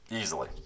Easily